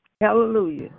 Hallelujah